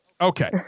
Okay